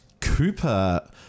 Cooper